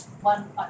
one